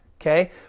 Okay